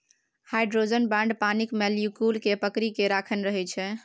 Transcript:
hydrogen bond पानिक molecule केँ पकरि केँ राखने रहै छै